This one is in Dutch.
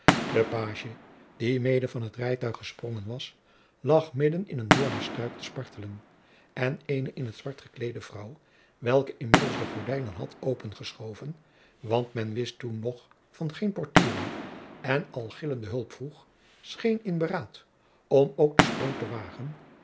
de pagie die mede van t rijtuig gesprongen was lag midden in een doornenstruik te spartelen en eene in t zwart gekleedde vrouw welke inmiddels de gordijnen had opengeschoven want men wist toen nog van geen poortieren en al gillende hulp vroeg scheen in beraad om ook den sprong te wagen